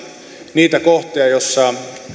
niitä kohtia joissa